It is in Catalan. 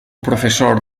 professor